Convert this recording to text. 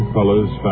Fellow's